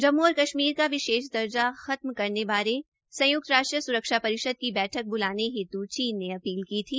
जम्मू और कश्मीर का विशेष दर्जा खत्म करने बारे संयुक्त राष्ट्र सुरक्षा परिषद की बैठक बुलाने हेतु चीन ने अपील की थी